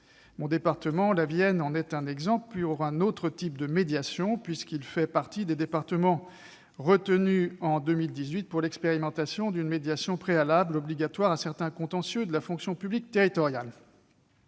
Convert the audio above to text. Mon département, la Vienne, en est un exemple, pour un autre type de médiation, puisqu'il fait partie des départements retenus en 2018 pour l'expérimentation d'une médiation préalable obligatoire à certains contentieux de la fonction publique territoriale.